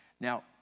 Now